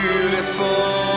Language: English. beautiful